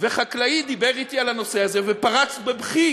וחקלאי דיבר אתי על הנושא הזה ופרץ בבכי